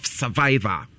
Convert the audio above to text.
survivor